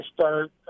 start